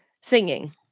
singing